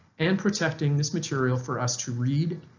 and protecting this material for us to read,